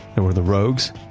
and were the rogues,